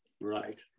Right